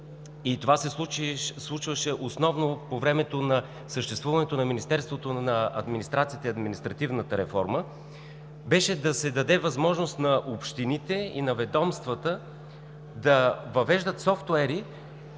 и се случваше основно по времето на съществуването на Министерството на администрацията и административната реформа, беше да се даде възможност на общините и на ведомствата да въвеждат софтуери,